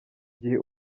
gihe